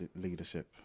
leadership